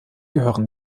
gehören